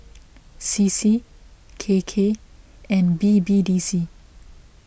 C C K K and B B D C